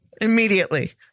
Immediately